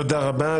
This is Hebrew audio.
תודה רבה.